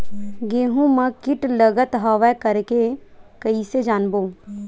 गेहूं म कीट लगत हवय करके कइसे जानबो?